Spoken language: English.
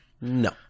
no